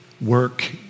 Work